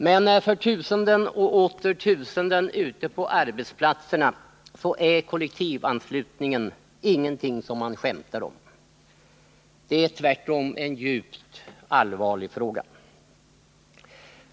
Men för tusenden och åter tusenden ute på arbetsplatserna är kollektivanslutningen ingenting som man skämtar om. Det är tvärtom en djupt allvarlig fråga.